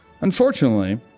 Unfortunately